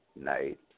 night